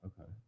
Okay